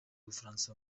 bufaransa